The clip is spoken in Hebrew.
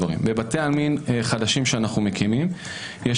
בבתי העלמין החדשים שאנחנו מקימים יש